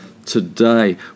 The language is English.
Today